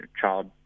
child